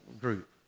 group